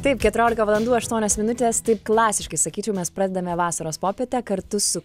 taip keturiolika valandų aštuonios minutės taip klasiškai sakyčiau mes pradedame vasaros popietę kartu su